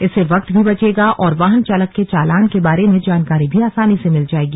इससे वक्त भी बचेगा और वाहन चालक के चालान के बारे में जानकारी भी आसानी से मिल पाएगी